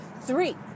Three